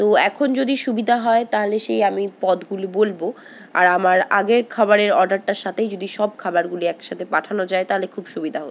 তো এখন যদি সুবিধা হয় তাহলে সেই আমি পদগুলি বলবো আর আমার আগের খাবারের অর্ডারটার সাথেই যদি সব খাবারগুলি একসাথে পাঠানো যায় তাহলে খুব সুবিধা হত